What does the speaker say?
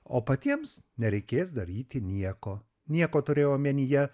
o patiems nereikės daryti nieko nieko turėjau omenyje